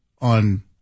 on